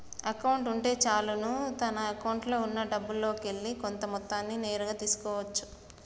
account ఉంటే చాలును తన అకౌంట్లో ఉన్నా డబ్బుల్లోకెల్లి కొంత మొత్తాన్ని నేరుగా తీసుకో అచ్చు